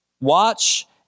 Watch